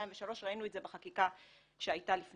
שנתיים ושלוש,